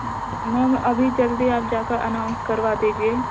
ma'am अभी जल्दी आप जाकर अनाउंस करवा दीजिये